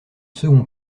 second